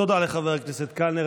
תודה לחבר הכנסת קלנר.